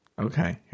okay